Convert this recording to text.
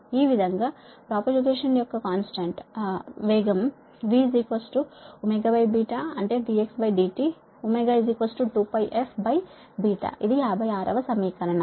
ఈ విధంగా ప్రాపగేషన్ యొక్క వేగం v అంటే dxdt ω2πf ఇది 56 వ సమీకరణం